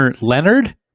leonard